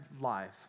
life